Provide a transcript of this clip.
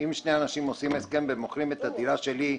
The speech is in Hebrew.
שאם שני אנשים עושים הסכם ומוכרים את הדירה שלי,